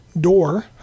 door